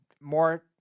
more